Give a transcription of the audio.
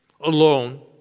alone